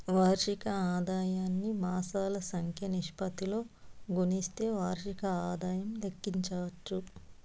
వార్షిక ఆదాయాన్ని మాసాల సంఖ్య నిష్పత్తితో గుస్తిస్తే వార్షిక ఆదాయం లెక్కించచ్చు